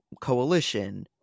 coalition